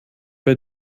bei